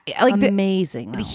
Amazing